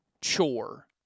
chore